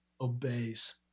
obeys